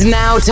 now